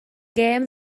gêm